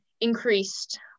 increased